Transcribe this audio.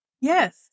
Yes